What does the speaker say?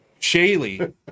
Shaylee